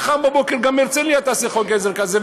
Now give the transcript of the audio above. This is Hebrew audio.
מחר בבוקר גם הרצליה תעשה חוק עזר כזה,